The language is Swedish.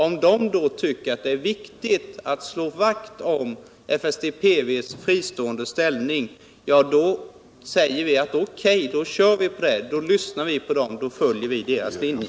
Om personalen tycker att det är viktigt att slå vakt om försvarsstabens personalvårdsbyrås fristående ställning, så säger vi: OK, vi lyssnar på dem. Vi följer deras linje.